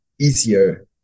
easier